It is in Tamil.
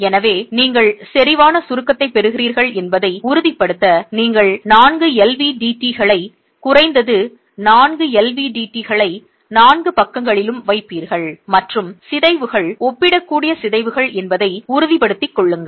எனவே நீங்கள் செறிவான சுருக்கத்தைப் பெறுகிறீர்கள் என்பதை உறுதிப்படுத்த நீங்கள் 4 LVDTகளை குறைந்தது 4 LVDTகளை 4 பக்கங்களிலும் வைப்பீர்கள் மற்றும் சிதைவுகள் ஒப்பிடக்கூடிய சிதைவுகள் என்பதை உறுதிப்படுத்திக் கொள்ளுங்கள்